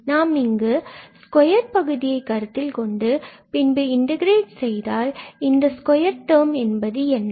நாம் இங்கு ஸ்கொயர் பகுதியை கருத்தில் கொண்டு பின்பு இன்டெகிரெட் செய்தால் பின்பு இந்த ஸ்கொயர் டெர்ம் என்பது என்ன